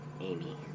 Amy